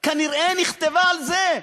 כנראה נכתבה על זה.